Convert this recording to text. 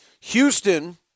Houston